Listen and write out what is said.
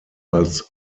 als